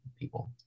people